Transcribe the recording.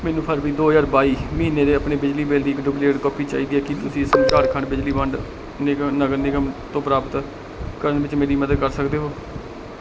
ਮੈਨੂੰ ਫਰਵਰੀ ਦੋ ਹਜ਼ਾਰ ਬਾਈ ਮਹੀਨੇ ਦੇ ਆਪਣੇ ਬਿਜਲੀ ਬਿੱਲ ਦੀ ਇੱਕ ਡੁਪਲੀਕੇਟ ਕਾਪੀ ਚਾਹੀਦੀ ਹੈ ਕੀ ਤੁਸੀਂ ਇਸ ਨੂੰ ਝਾਰਖੰਡ ਬਿਜਲੀ ਵੰਡ ਨਿਗਮ ਨਗਰ ਨਿਗਮ ਤੋਂ ਪ੍ਰਾਪਤ ਕਰਨ ਵਿੱਚ ਮੇਰੀ ਮਦਦ ਕਰ ਸਕਦੇ ਹੋ